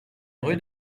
rue